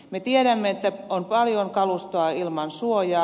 me tiedämme että on paljon kalustoa ilman suojaa